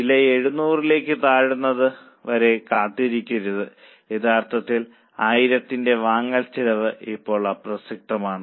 വില 700 ലേക്ക് താഴുന്നത് വരെ കാത്തിരിക്കരുത് യഥാർത്ഥത്തിൽ 1000 ന്റെ വാങ്ങൽ ചെലവ് ഇപ്പോൾ അപ്രസക്തമാണ്